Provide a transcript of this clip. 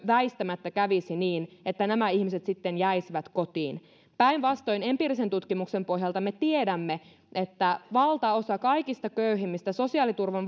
väistämättä kävisi niin että nämä ihmiset sitten jäisivät kotiin päinvastoin empiirisen tutkimuksen pohjalta me tiedämme että valtaosa kaikista köyhimmistä sosiaaliturvan